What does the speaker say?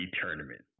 tournament